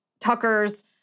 Tucker's